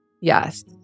Yes